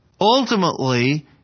Ultimately